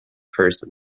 person